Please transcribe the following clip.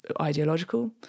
Ideological